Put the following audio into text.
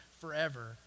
forever